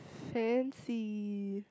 fancy